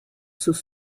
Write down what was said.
sus